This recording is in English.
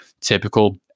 typical